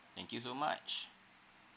thank you so much